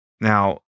now